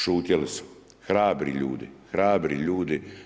Šutjeli su hrabri ljudi, hrabri ljudi.